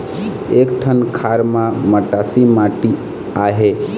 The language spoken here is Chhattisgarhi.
एक ठन खार म मटासी माटी आहे?